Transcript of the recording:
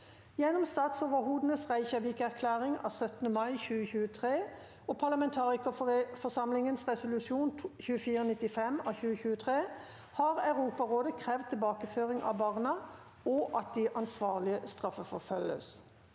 Gjennom statsoverhodenes Reykjavik-erklæring av 17. mai 2023 og parlamentarikerforsamlingens resolu- sjon 2495 av 2023 har Europarådet krevd tilbakeføring av barna og at de ansvarlige straffeforfølges.